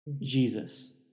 Jesus